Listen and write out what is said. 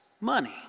money